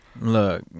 Look